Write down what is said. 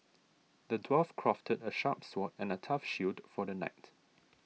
the dwarf crafted a sharp sword and a tough shield for the knight